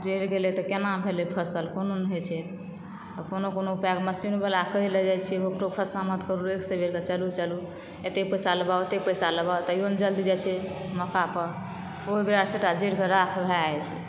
जरि गेलै तऽ केना भेलय फसल कोनो नहि होइ छै कोनो कोनो उपाय मशीनवलाके कहय लऽजाइ छियै ओकरो खुशामद करू एक सए बेरक चलु चलु एतय पैसा लेबऽ ओतएय पैसा लेबऽ ताहिओ नहि जल्दी जाइ छै मौकापर ओहु बेरा सभटा जरिक राख भऽ जाइ छै